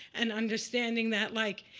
and understanding that, like,